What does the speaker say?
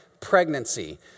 pregnancy